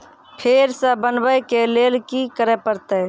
फेर सॅ बनबै के लेल की करे परतै?